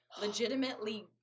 Legitimately